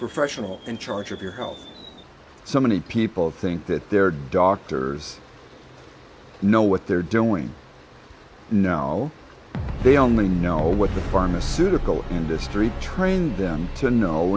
professional in charge of your health so many people think that their doctors know what they're doing now they only know what the pharmaceutical industry trained them to know